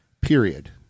period